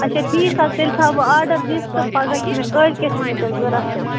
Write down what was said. اَچھا ٹھیٖک حظ تیٚلہِ تھاوٕ بہٕ آرڈَر دِتھ تہٕ پگاہ چھُ مےٚ کٲلۍکٮ۪تھ چھُ مےٚ تیٚلہِ ضروٗرت یِم